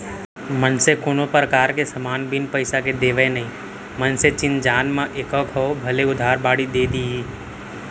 मनसे कोनो परकार के समान बिन पइसा के देवय नई मनसे चिन जान म एको घौं भले उधार बाड़ी दे दिही